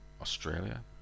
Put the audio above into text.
Australia